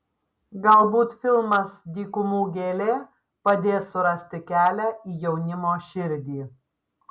galbūt filmas dykumų gėlė padės surasti kelią į jaunimo širdį